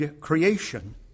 creation